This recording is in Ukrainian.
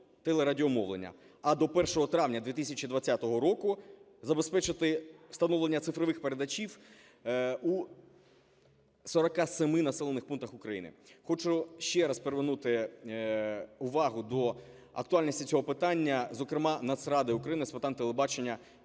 телерадіомовлення, а до 1 травня 2020 року забезпечити встановлення цифрових передавачів у 47 населених пунктах України. Хочу ще раз привернути увагу до актуальності цього питання, зокрема Нацради України з питань телебачення